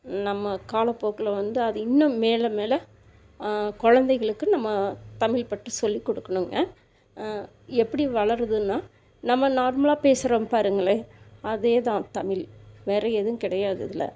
நம்ம காலப்போக்கில் வந்து அது இன்னும் மேலே மேலே கொழந்தைகளுக்கு நம்ம தமிழ்ப்பற்று சொல்லி கொடுக்கணுங்க எப்படி வளருதுன்னா நம்ம நார்மலாக பேசுகிறோம் பாருங்களேன் அதே தான் தமிழ் வேறு எதுவும் கிடையாது இதில்